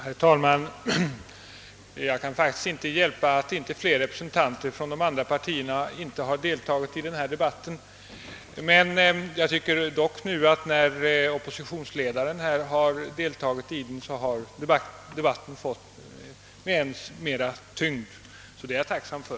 Herr talman! Jag kan inte hjälpa att inte flera representanter för de andra partierna deltagit i debatten. Men när oppositionsledaren nu har yttrat sig tycker jag att debatten genast har fått mera tyngd, och det är jag tacksam för.